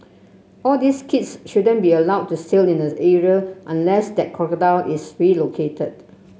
all these kids shouldn't be allowed to sail in this area unless that crocodile is relocated